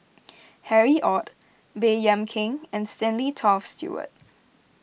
Harry Ord Baey Yam Keng and Stanley Toft Stewart